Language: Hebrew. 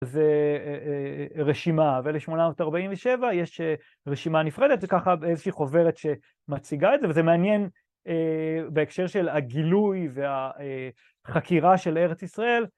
זה רשימה, ול-847 יש רשימה נפרדת וככה איזושהי חוברת שמציגה את זה, וזה מעניין בהקשר של הגילוי והחקירה של ארץ ישראל.